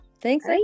Thanks